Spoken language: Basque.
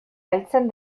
heltzen